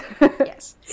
Yes